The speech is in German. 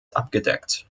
abgedeckt